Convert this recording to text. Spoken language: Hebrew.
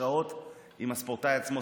הוא נמצא הרבה יותר שעות עם הספורטאי עצמו.